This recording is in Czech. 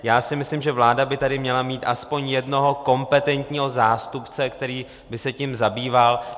Já si myslím, že vláda by tady měla mít aspoň jednoho kompetentního zástupce, který by se tím zabýval.